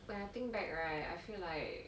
when I think back right I feel like